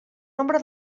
nombre